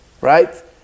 Right